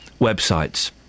websites